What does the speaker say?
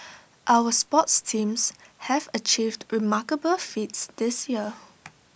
our sports teams have achieved remarkable feats this year